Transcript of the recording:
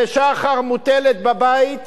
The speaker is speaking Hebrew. ושחר מוטלת בבית.